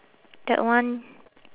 that one